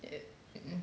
it